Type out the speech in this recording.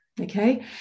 Okay